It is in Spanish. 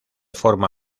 forma